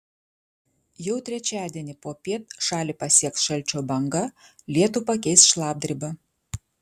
jau trečiadienį popiet šalį pasieks šalčio banga lietų pakeis šlapdriba